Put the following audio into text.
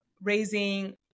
raising